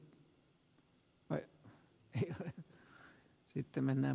arvoisa herra puhemies